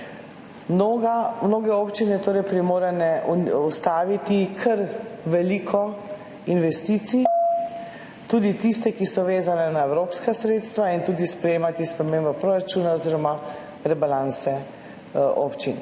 mnoge občine ob reki Dravi primorane ustaviti kar veliko investicij, tudi tiste, ki so vezane na evropska sredstva, in tudi sprejemati spremembo proračuna oziroma rebalanse občin.